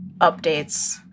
updates